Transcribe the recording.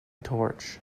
torch